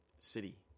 City